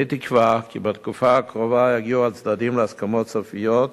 אני מקווה כי בתקופה הקרובה יגיעו הצדדים להסכמות סופיות,